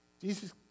Jesus